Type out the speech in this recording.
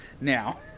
now